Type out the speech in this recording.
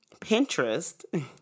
Pinterest